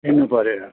दिनु पऱ्यो